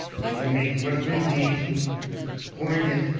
they can make recommendations for and